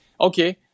okay